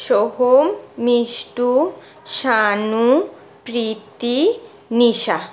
Soham Mishtu Shanu Preeti Nisha